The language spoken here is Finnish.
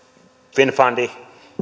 finnfund